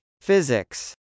Physics